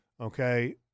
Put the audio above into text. Okay